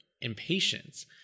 impatience